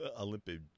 Olympic –